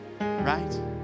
right